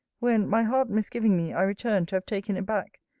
when, my heart misgiving me, i returned, to have taken it back,